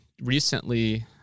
recently